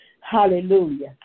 hallelujah